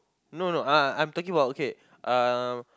no no uh I'm talking about okay uh